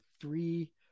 three